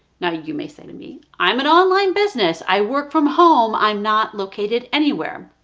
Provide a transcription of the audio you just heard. now you may say to me i'm an online business i work from home i'm not located anywhere